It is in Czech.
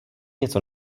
něco